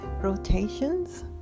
rotations